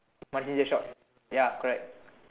money changer shop ya correct